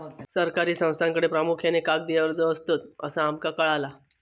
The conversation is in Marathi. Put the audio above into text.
सरकारी संस्थांकडे प्रामुख्यान कागदी अर्ज असतत, असा आमका कळाला